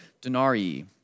denarii